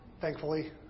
thankfully